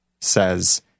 says